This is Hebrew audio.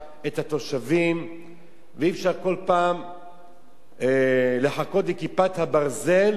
את התושבים ואי-אפשר כל פעם לחכות ל"כיפת הברזל"